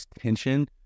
tension